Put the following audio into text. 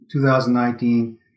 2019